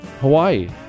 Hawaii